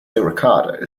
ricardo